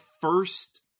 first